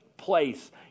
place